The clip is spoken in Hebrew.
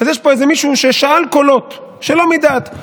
אז יש פה איזה מישהו ששאל קולות שלא מדעת.